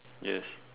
yes